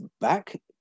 back